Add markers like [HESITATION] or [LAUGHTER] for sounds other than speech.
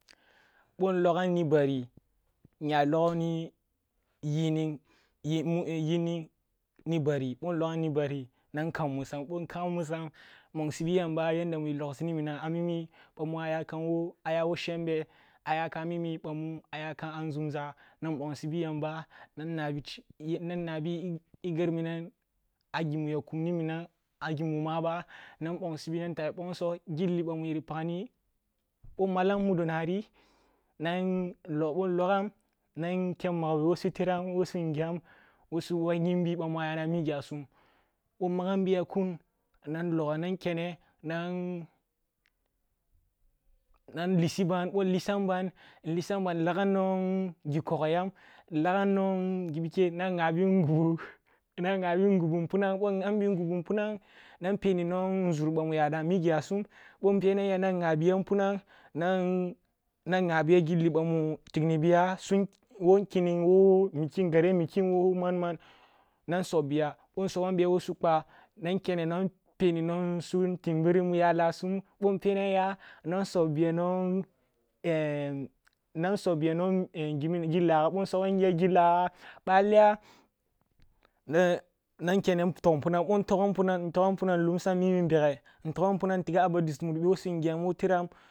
Boh nlogana ni bari, nya logni yining yining ni bari, boh nlogam ni bari nan kammusam, bohnkamam musam, nan bonsibi yamba yanda mu yilagsiniminam amimi bamu ayakam wo shambe ayaka mimi bamu aya nȝumza, nan ъongsibi yamba nan nabi yiger minam a gimi ya kumniminam a gi mu maba nan bongsibi na tah bi bongso gilli ъamu yiri pagni, ъo nmolam mudonari nan log ъo nlogam nan nken magbi wo su tram wo su ngyam, wo suъah yimbi ъahmu aya mi gyasum, boh nmagambiya kwu nan logoh nari kenne nan lissi ban bon’lissan ban nlissan ban, nan lag ghi koho yam, nlagham nwong gibike nan nghabi ngubu nan ngbabi ngubu npunang boh nghanbi ngubu npunan nan peni nwong nbur bamu ya mig yasum boh npenan ya nan ngha biya npunan nan nan nghabiya gilli ъam u tignibiya wo nkinning, wo mikin, wo gare mikim, wo man man nan subbiya ъo wo su kwa, nan kene nan penpwo suntimbirim mu ya lasum ъo npenamya nan subbiya nwong [HESITATION] subbiya nwong giming gillah gha ъa’aliya nan kene ntog npunang ъon togam npunang nlumsam mimi nbeghe ntogam npunam ntigam a ba dussumur bisu wo ngyan wo